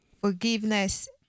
Forgiveness